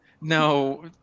No